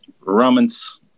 Romans